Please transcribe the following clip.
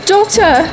Doctor